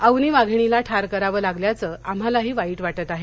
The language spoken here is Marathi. अवनी वाघिणीला ठार करावं लागल्याचं आम्हालाही वाईट वाटत आहे